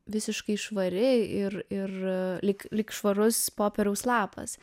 visiškai švari ir ir lyg lyg švarus popieriaus lapas